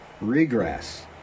Regress